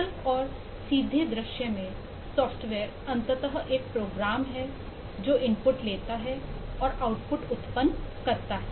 सरल और सीधी दृश्य में सॉफ्टवेयर अंततः एक प्रोग्राम है जो इनपुट उत्पन्न करता है